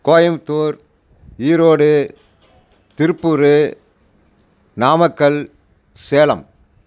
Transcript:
Coimbatore Erode Tiruppur Namakkal Salem